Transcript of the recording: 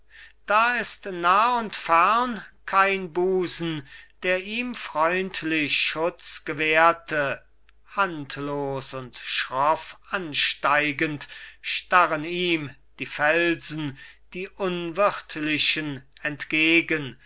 da ist nah und fern kein busen der ihm freundlich schutz gewährte handlos und schroff ansteigend starren ihm die felsen die unwirtlichen entgegen